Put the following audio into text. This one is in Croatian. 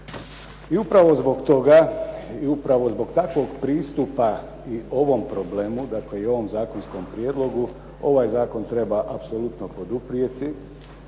I upravo zbog toga, i upravo zbog takvog pristupa i ovom problemu, dakle i ovom zakonskom prijedlogu ovaj zakon treba apsolutno poduprijeti